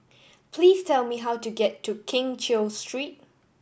please tell me how to get to Keng Cheow Street